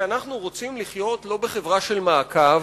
כי אנחנו רוצים לחיות לא בחברה של מעקב,